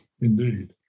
indeed